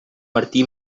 martí